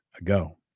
ago